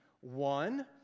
One